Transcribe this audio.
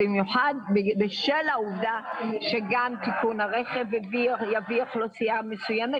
במיוחד בשל העובדה שתיקון הרכב יביא אוכלוסייה מסוימת,